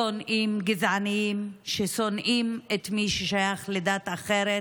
שונאים, גזענים ששונאים את מי ששייך לדת אחרת.